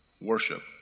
worship